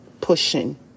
pushing